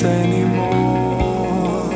anymore